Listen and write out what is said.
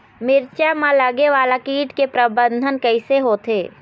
मिरचा मा लगे वाला कीट के प्रबंधन कइसे होथे?